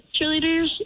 cheerleaders